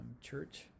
church